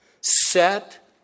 Set